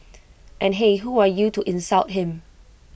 and hey who are you to insult him